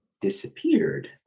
disappeared